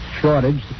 shortage